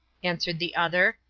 answered the other,